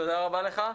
תודה רבה לך.